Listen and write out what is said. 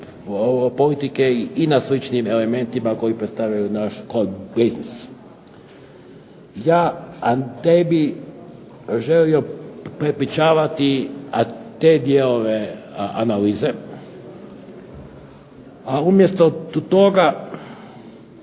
politike i na sličnim elementima koji predstavljaju naš …/Ne razumije se./… Ja ne bi želio prepričavati te dijelove analize, a umjesto toga